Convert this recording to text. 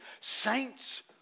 saints